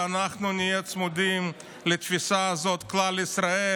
שאנחנו נהיה צמודים לתפיסה הזאת של כלל ישראל.